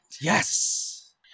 Yes